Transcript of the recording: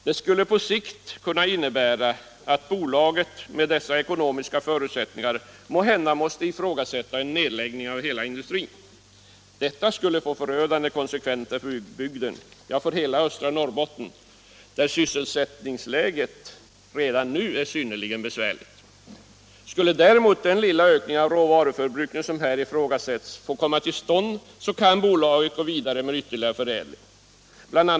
Detta skulle på sikt kunna innebära att bolaget med dessa ekonomiska förutsättningar måhända måste överväga en nedläggning av hela industrin, vilket skulle få förödande konsekvenser för utbygden, ja, för hela östra Norrbotten, där sysselsättningsläget redan nu är synnerligen besvärligt. Skulle däremot den lilla ökning av råvaruförbrukningen som här ifrågasätts få komma till stånd, så kan bolaget gå vidare med ytterligare förädling. Bl.